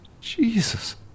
Jesus